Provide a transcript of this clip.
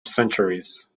centuries